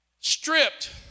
Stripped